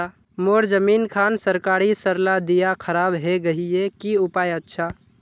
मोर जमीन खान सरकारी सरला दीया खराब है गहिये की उपाय अच्छा?